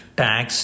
tax